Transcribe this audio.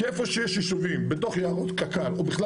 כי איפה שיש ישובים בתוך יערות קק"ל או בכלל